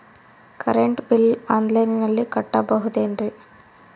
Current bill ಆನ್ಲೈನಿನಲ್ಲಿ ಕಟ್ಟಬಹುದು ಏನ್ರಿ?